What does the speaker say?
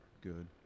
good